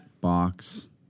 box